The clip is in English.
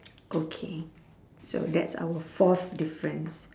okay so that's our fourth difference